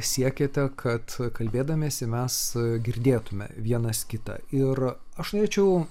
siekiate kad kalbėdamiesi mes girdėtume vienas kitą ir aš norėčiau